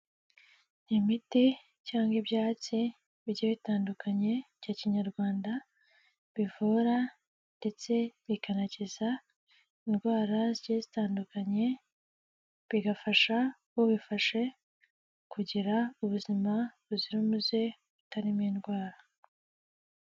Imiti cyangwa ibyatsi bigiye bitandukanye bya Kinyarwanda bivura ndetse rikanakiza indwara zigiye zitandukanye, bigafasha ubifashe kugira ubuzima buzira umuze butarimo indwara.